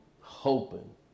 hoping